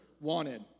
wanted